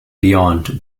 beyond